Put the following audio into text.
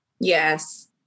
Yes